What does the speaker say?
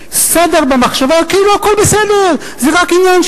היושב-ראש, חברי הכנסת, רשימת ההמתנה